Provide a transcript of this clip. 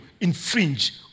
infringe